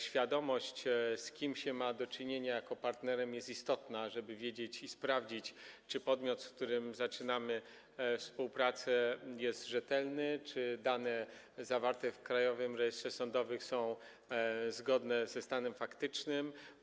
Świadomość, z kim ma się do czynienia jako partnerem, jest istotna, tak żeby wiedzieć i sprawdzić, czy podmiot, z którym zaczynamy współpracę, jest rzetelny, czy dane zawarte w Krajowym Rejestrze Sądowym są zgodne ze stanem faktycznym.